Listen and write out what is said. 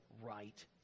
right